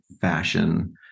fashion